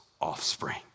offspring